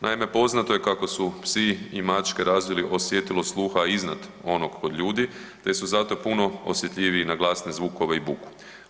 Naime, poznato je kako su psi i mačke razvili osjetilo sluha iznad onog od ljudi, te su zato puno osjetljiviji na glasne zvukove i buku.